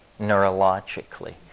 neurologically